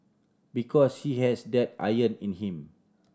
because he has that iron in him